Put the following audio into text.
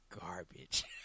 garbage